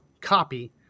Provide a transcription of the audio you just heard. copy